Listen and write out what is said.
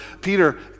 Peter